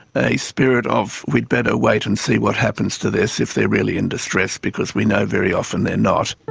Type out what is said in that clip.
a spirit of we'd better wait and see what happens to this, if they're really in distress, because we know very often they're not.